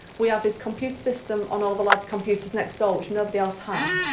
we have his computer system on all the lab computers next door, which nobody else has,